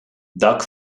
duck